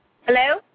Hello